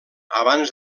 abans